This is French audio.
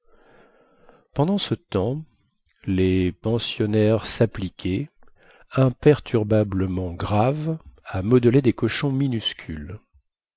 pendant ce temps les pensionnaires sappliquaient imperturbablement graves à modeler des cochons minuscules